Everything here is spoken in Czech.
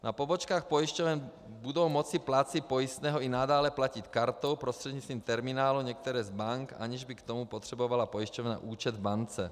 Na pobočkách pojišťoven budou moci plátci pojistného i nadále platit kartou prostřednictvím terminálu některé z bank, aniž by k tomu potřebovala pojišťovna účet v bance.